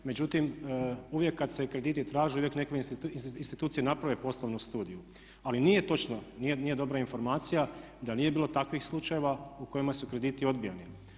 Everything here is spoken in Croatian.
Međutim, uvijek kad se krediti traže i uvijek neke institucije naprave poslovnu studiju, ali nije točno, nije dobra informacija da nije bilo takvih slučajeva u kojima su krediti odbijani.